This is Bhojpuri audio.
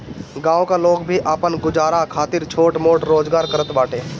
गांव का लोग भी आपन गुजारा खातिर छोट मोट रोजगार करत बाटे